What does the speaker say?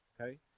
Okay